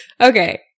Okay